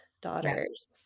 daughters